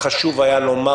חשוב היה לומר,